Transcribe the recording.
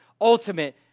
ultimate